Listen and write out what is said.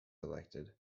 elected